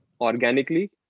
organically